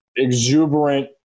exuberant